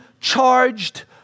charged